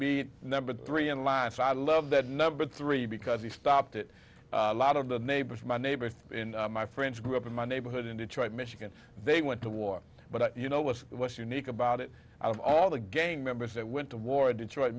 be number three in line so i love that number three because he stopped it lot of the neighbors my neighbors in my friends grew up in my neighborhood in detroit michigan they went to war but you know what's what's unique about it all the gang members that went to war in detroit